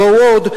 או שיבואו עוד?